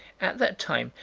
at that time,